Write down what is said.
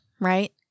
right